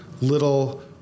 little